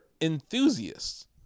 enthusiasts